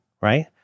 Right